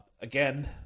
Again